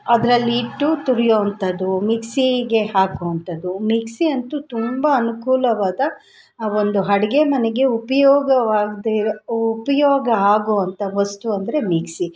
ಅದರಲೀಟ್ಟು ತುರಿಯೋ ಅಂಥದು ಮಿಕ್ಸೀಗೆ ಹಾಕೋ ಅಂಥದು ಮಿಕ್ಸಿ ಅಂತೂ ತುಂಬ ಅನುಕೂಲವಾದ ಆ ಒಂದು ಅಡ್ಗೆ ಮನೆಗೆ ಉಪ್ಯೋಗವಾಗದೇ ಇರೋ ಉಪಯೋಗ ಆಗುವಂಥ ವಸ್ತು ಅಂದರೆ ಮಿಕ್ಸಿ